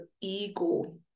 ego